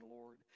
Lord